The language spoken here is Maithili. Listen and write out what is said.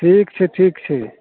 ठीक छै ठीक छै